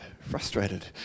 frustrated